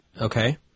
Okay